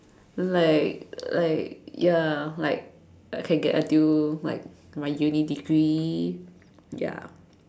like like ya like like can get until like my uni degree ya